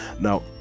Now